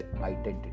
identity